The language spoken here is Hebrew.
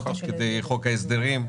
לא תוך כדי חוק ההסדרים,